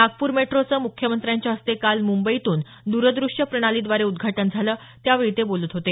नागपूर मेट्रोच मुख्यमत्र्याच्या हस्ते काल मुंबईतून दूरदृश्य प्रणालीद्वारे उद्घाटन झालं त्यावेळी ते बोलत होते